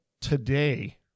today